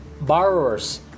borrowers